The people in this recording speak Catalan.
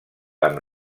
amb